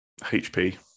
hp